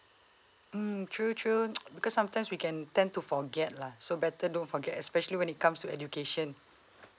mm true true because sometimes we can tend to forget lah so better don't forget especially when it comes to education